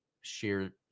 share